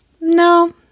No